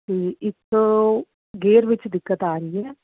ਅਤੇ ਇੱਕ ਗੇਅਰ ਵਿੱਚ ਦਿੱਕਤ ਆ ਰਹੀ ਹੈ